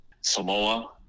Samoa